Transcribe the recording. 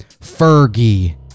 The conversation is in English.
Fergie